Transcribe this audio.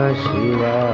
Shiva